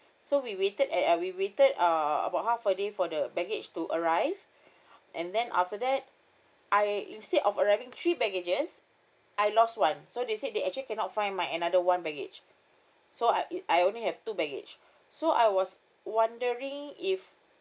okay so we waited at uh we waited uh about half a day for the baggage to arrive and then after that I instead of arriving three baggages I lost one so they said they actually cannot find my another one baggage so I it I only have two baggage so I was wondering if